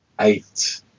Eight